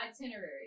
itinerary